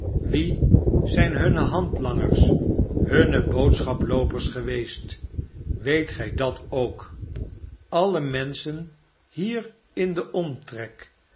wie zijn hunne barnaby rudge handlangers hunne boodschaploopers geweest weetgij datook alle menschen hier in den omtrek